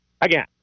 again